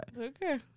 Okay